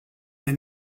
wir